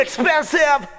Expensive